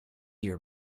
your